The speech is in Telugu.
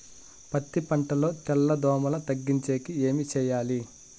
పత్తి పంటలో తెల్ల దోమల తగ్గించేకి ఏమి చేయాలి?